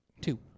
Two